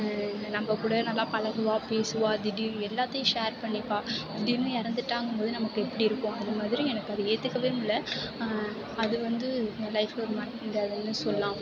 நம்ம கூட நல்லா பழகுவா பேசுவாள் திடீர்னு எல்லாத்தையும் ஷேர் பண்ணிப்பாள் திடீர்னு எறந்துட்டாங்கும் போது நமக்கு எப்படி இருக்கும் அது மாதிரி எனக்கு அது ஏற்றுக்கவே முடியல அது வந்து என் லைஃப்பில் ஒரு மறக்க முடியாததுன்னு சொல்லலாம்